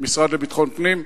המשרד לביטחון הפנים.